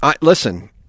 Listen